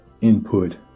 input